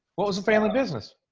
what was family business?